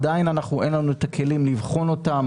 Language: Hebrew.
עדיין אין לנו את הכלים לבחון אותם